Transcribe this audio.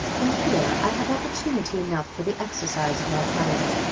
and here i have opportunity enough for the exercise of my talent,